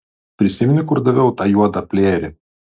prisimeni kur daviau tą juodą plėjerį